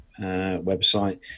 website